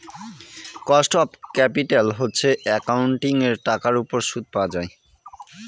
cost of capital হচ্ছে একাউন্টিঙের টাকার উপর সুদ পাওয়া